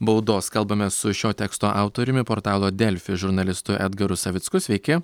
baudos kalbamės su šio teksto autoriumi portalo delfi žurnalistu edgaru savicku sveiki